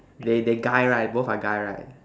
they they guy right both are guy right